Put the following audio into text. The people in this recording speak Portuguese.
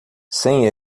sem